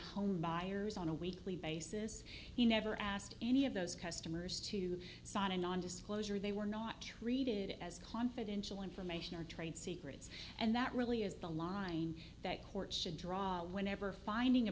home buyers on a weekly basis he never asked any of those customers to sign a nondisclosure they were not treated as confidential information or trade secrets and that really is the line that courts should draw whenever finding a